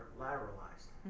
lateralized